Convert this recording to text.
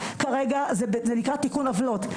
כרגע זה נקרא תיקון עוולות,